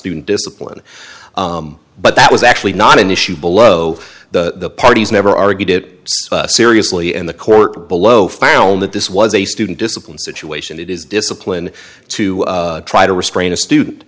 student discipline but that was actually not an issue below the parties never argued it seriously and the court below found that this was a student discipline situation it is discipline to try to restrain a student